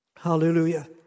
Hallelujah